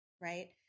right